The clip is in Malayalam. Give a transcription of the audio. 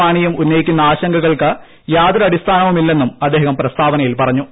മാണിയും ഉന്നയിക്കുന്ന ആശങ്കകൾക്ക് യാതൊരു അടിസ്ഥാനവുമില്ലെന്നും അദ്ദേഹം പ്രസ്താവനയിൽ പറഞ്ഞു